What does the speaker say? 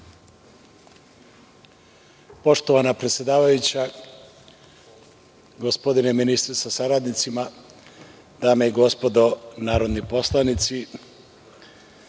Poštovana predsedavajuća, gospodine ministre sa saradnicima, dame i gospodo narodni poslanici,